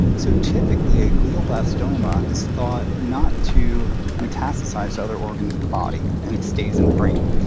so, typically, a glioblastoma is thought not to metastasize the other organs of the body, and it stays in the brain.